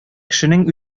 кешенең